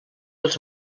els